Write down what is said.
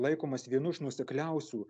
laikomas vienu iš nuosekliausių